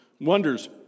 Wonders